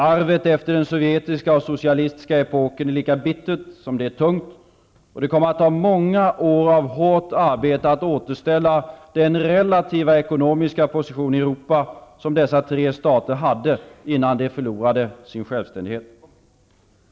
Arvet efter den sovjetiska och socialistiska epoken är lika bittert som tungt, och det kommer att ta många år av hårt arbete att återställa den relativa ekonomiska position i Europa som dessa tre stater hade, innan de förlorade sin självständighet.